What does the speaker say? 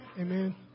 amen